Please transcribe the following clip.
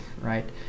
right